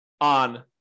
on